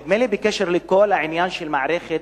נדמה לי, בקשר לכל העניין של מערכת